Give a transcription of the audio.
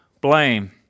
blame